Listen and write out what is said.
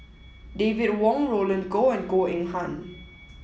David Wong Roland Goh and Goh Eng Han